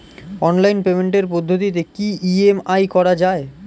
Online পেমেন্টের পদ্ধতিতে কি ই.এম.আই করা যায়?